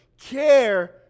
care